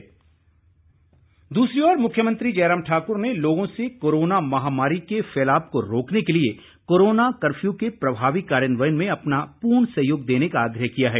आग्रह दूसरी ओर मुख्यमंत्री जयराम ठाकुर ने लोगों से कोरोना महामारी के फैलाव को रोकने के लिए कोरोना कर्फ्यू के प्रभावी कार्यान्वयन में अपना पूर्ण सहयोग देने का आग्रह किया है